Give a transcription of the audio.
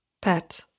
PET